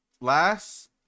last